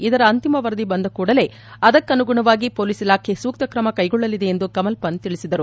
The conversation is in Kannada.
ಇದರ ಅಂತಿಮ ವರದಿ ಬಂದ ಕೂಡಲೇ ಅದಕ್ಕನು ಗುಣವಾಗಿ ಪೊಲೀಸ್ ಇಲಾಖೆ ಸೂಕ್ತಕಮ ಕ್ಲೆಗೊಳ್ದಲಿದೆ ಎಂದು ಕಮಲ್ ಪಂತ್ ತಿಳಿಸಿದರು